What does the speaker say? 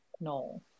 No